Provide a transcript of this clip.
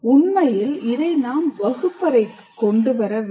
உண்மையில் இதை வகுப்பறைக்கு கொண்டு வர வேண்டும்